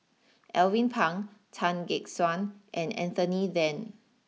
Alvin Pang Tan Gek Suan and Anthony then